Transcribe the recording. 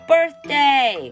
Birthday